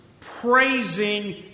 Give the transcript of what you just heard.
praising